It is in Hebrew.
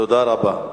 תודה רבה.